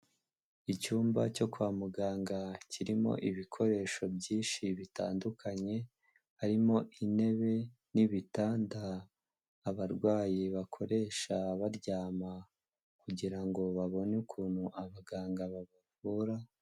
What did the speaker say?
Icyumba cyo kwa muganga kirimo ibikoresho byinshi bitandukanye, harimo intebe n'ibitanda abarwayi bakoresha baryama kugira ngo babone ukuntu abaganga babavura.